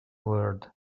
world